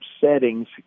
settings